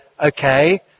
okay